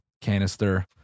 canister